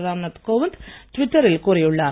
ராம்நாத் கோவிந்த் ட்விட்டரில் கூறியுள்ளார்